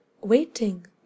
waiting